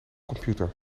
computer